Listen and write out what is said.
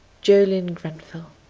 julian grenfell.